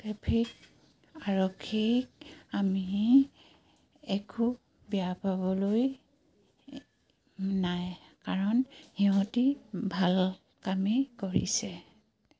traffic আৰক্ষীক আমি একো বেয়া পাবলৈ নাই কাৰণ সিহঁতি ভাল কামেই কৰিছে